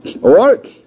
Work